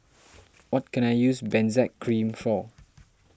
what can I use Benzac Cream for